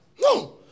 No